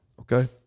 Okay